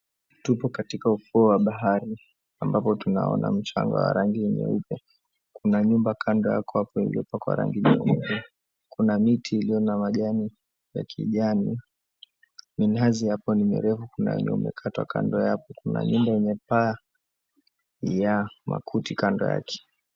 Tupo katika ufuo wa bahari ambapo tunaona mchanga wa rangi ya nyeupe. Kuna nyumba kando hapo imepakwa rangi nyeupe. Kuna miti ilio na majani ya kijani. Minazi hapo ni mirefu, kuna yenye imekatwa kando yake. Kuna nyumba yenye paa ya makuti kando yake.